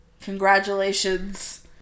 Congratulations